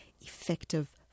effective